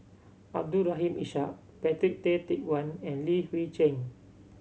Abdul Rahim Ishak Patrick Tay Teck Guan and Li Hui Cheng